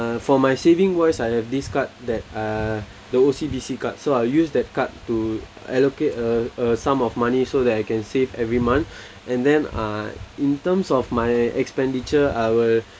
for my saving was I have this card that uh the O_C_B_C card so I'll use that card to allocate a a sum of money so that I can save every month and then uh in terms of my expenditure I will